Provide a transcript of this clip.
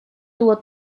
tuvo